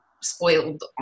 spoiled